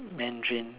Mandarin